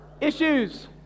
issues